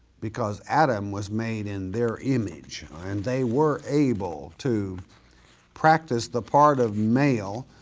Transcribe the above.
because adam was made in their image and they were able to practice the part of male,